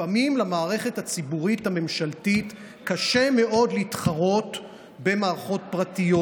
לפעמים למערכת הציבורית הממשלתית קשה מאוד להתחרות במערכות פרטיות.